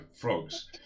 frogs